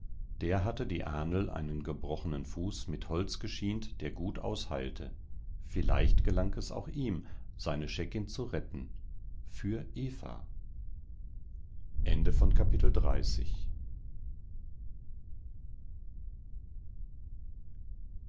der hatte die ahnl einen gebrochenen fuß mit holz geschient der gut ausheilte vielleicht gelang es auch ihm seine scheckin zu retten für eva